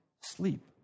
sleep